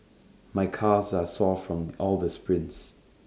my calves are sore from all the sprints